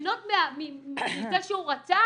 ליהנות מזה שהוא רצח?